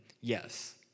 yes